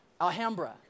Alhambra